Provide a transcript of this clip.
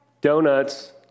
Donuts